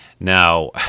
Now